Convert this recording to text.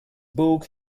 book